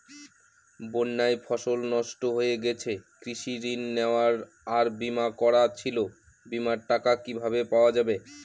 বন্যায় ফসল নষ্ট হয়ে গেছে কৃষি ঋণ নেওয়া আর বিমা করা ছিল বিমার টাকা কিভাবে পাওয়া যাবে?